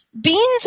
Beans